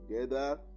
together